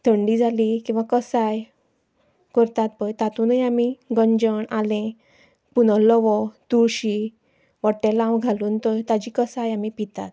थंडी जाली किंवां कसाय करतात पय तातूंनय आमी गंजण आलें पुर्नलवो तुळशी वट्टेलांव घालून ताजी कसाय आमी पितात